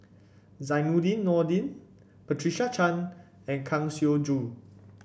Zainudin Nordin Patricia Chan and Kang Siong Joo